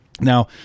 Now